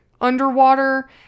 underwater